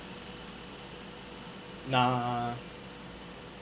nah